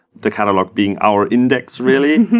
the catalog being our index, really.